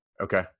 Okay